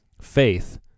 faith